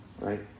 Right